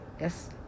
Yes